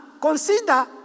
consider